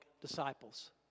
disciples